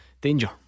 danger